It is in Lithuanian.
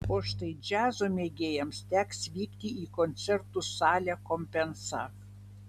o štai džiazo mėgėjams teks vykti į koncertų salę compensa